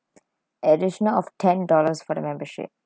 additional of ten dollars for the membership